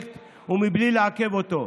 אני קראתי את זה באחת מהכתבות,